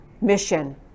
mission